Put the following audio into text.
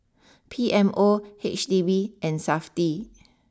P M O H D B and Safti